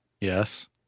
Yes